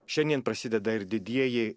šiandien prasideda ir didieji